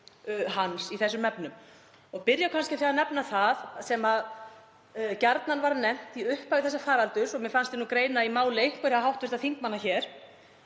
hans í þessum efnum. Ég byrja kannski á að nefna það sem gjarnan var nefnt í upphafi þessa faraldurs, og mér fannst ég greina í máli einhverra hv. þingmanna hér,